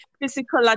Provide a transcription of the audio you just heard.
physical